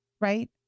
right